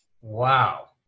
Wow